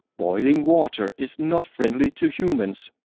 boiling water is not friendly to humans.